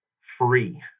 free